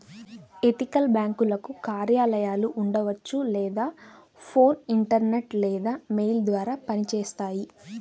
ethical బ్యేంకులకు కార్యాలయాలు ఉండవచ్చు లేదా ఫోన్, ఇంటర్నెట్ లేదా మెయిల్ ద్వారా పనిచేస్తాయి